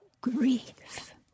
Grief